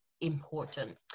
important